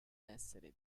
essere